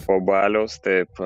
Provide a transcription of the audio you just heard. po baliaus taip